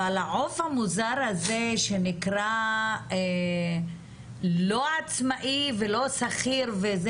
אבל העוף המוזר הזה שנקרא לא עצמאי ולא שכיר וזה